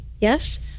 Yes